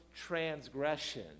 transgression